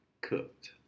cooked